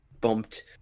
bumped